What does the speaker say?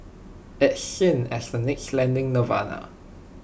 it's seen as the next lending nirvana